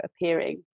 appearing